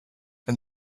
and